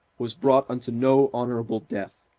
was brought unto no honourable death,